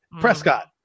Prescott